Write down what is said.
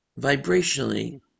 Vibrationally